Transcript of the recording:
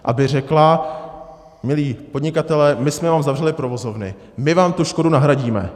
Aby řekla: milí podnikatelé, my jsme vám zavřeli provozovny, my vám tu škodu nahradíme.